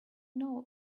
know